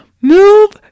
move